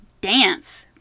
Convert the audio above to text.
dance